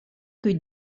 que